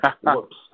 whoops